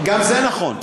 גם זה נכון.